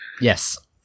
Yes